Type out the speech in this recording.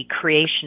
creation